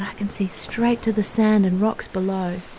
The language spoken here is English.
can see straight to the sand and rocks below.